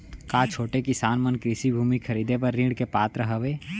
का छोटे किसान मन कृषि भूमि खरीदे बर ऋण के पात्र हवे?